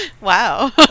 Wow